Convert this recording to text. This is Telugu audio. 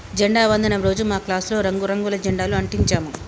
జెండా వందనం రోజు మా క్లాసులో రంగు రంగుల జెండాలు అంటించాము